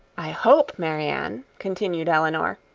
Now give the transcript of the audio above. i hope, marianne, continued elinor,